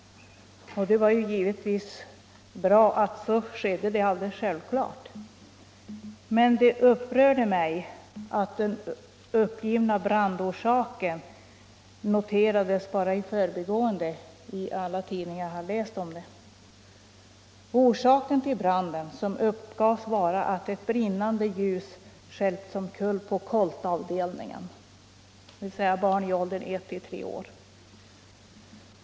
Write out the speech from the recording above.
Det var givetvis bra att ingen kom till skada — det är självklart — men det upprörde mig att den uppgivna brandorsaken i alla tidningar som jag läste bara noterades i förbigående. Orsaken till branden uppgavs vara att ett brinnande ljus hade stjälpts omkull på koltavdelningen, alltså den avdelning där man har barn mellan ett och tre år.